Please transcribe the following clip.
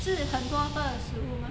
是很多个食物吗